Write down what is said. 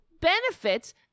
benefits